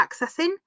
accessing